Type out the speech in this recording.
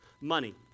Money